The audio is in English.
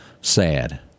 Sad